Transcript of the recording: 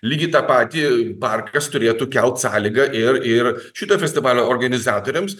lygiai tą patį parkas turėtų kelt sąlygą ir ir šito festivalio organizatoriams